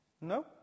No